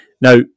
Now